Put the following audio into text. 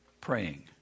praying